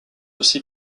aussi